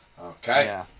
Okay